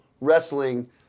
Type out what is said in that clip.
Wrestling